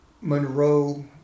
Monroe